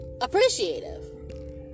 appreciative